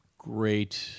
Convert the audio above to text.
great